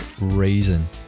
reason